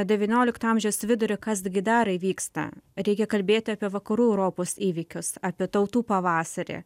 devyniolikto amžiaus vidurį kas gi dar įvyksta reikia kalbėti apie vakarų europos įvykius apie tautų pavasarį